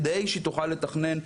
כדי שהיא תוכל לתכנן,